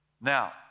Now